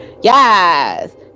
yes